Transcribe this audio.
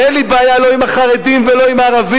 ואין לי בעיה לא עם החרדים ולא עם הערבים.